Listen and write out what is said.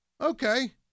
Okay